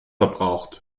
verbraucht